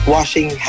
Washing